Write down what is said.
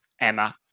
Emma